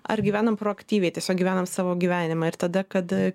ar gyvenam proaktyviai tiesiog gyvenam savo gyvenimą ir tada kad